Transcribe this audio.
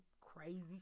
crazy